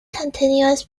continues